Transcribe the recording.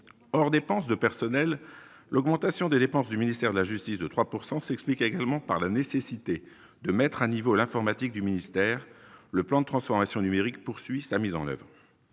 hors dépenses de personnel, l'augmentation des dépenses du ministère de la justice, de 3 pourcent s'explique actuellement par la nécessité de mettre à niveau l'informatique du ministère, le plan de transformation numérique poursuit sa mise en oeuvre